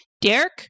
Derek